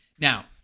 Now